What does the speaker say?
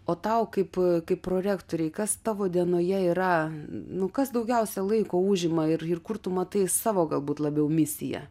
o tau kaip kaip prorektorei kas tavo dienoje yra nu kas daugiausiai laiko užima ir kur tu matai savo galbūt labiau misiją